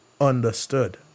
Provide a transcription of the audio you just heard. understood